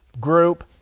group